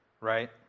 right